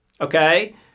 okay